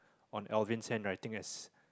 on Alvin handwriting as